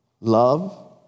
Love